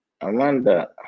Amanda